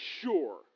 sure